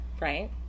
right